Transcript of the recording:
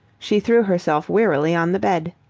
she threw herself wearily on the bed.